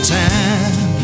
time